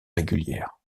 régulière